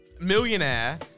millionaire